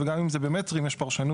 וגם אם זה במטרים יש פרשנות